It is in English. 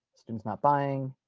students not buying.